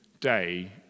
day